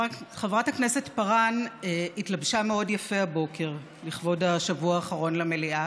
חברת הכנסת פארן התלבשה מאוד יפה הבוקר לכבוד השבוע האחרון למליאה.